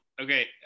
okay